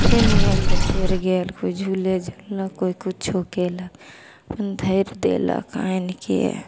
फेन भेल तऽ फेन गेल कोइ झूले झुललक कोइ किछु कएलक अपन धरि देलक आनिके